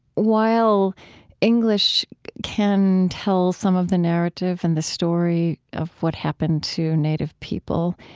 while english can tell some of the narrative and the story of what happened to native people,